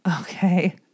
Okay